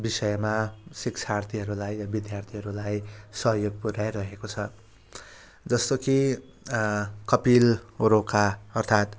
विषयमा शिक्षार्थीहरूलाई वा विद्यार्थीहरूलाई सहयोग पुऱ्याइरहेको छ जस्तो कि कपिल रोका अर्थात्